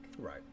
Right